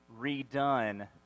redone